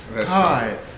God